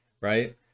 right